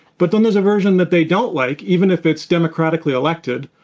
but then there's a version that they don't like, even if it's democratically elected,